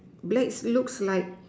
blades looks like